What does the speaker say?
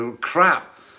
Crap